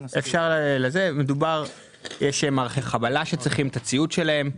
יש מערכת חבלה שצריכים את הציוד שלהם.